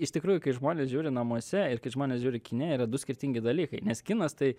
iš tikrųjų kai žmonės žiūri namuose ir kai žmonės žiūri kine yra du skirtingi dalykai nes kinas tai